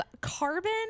carbon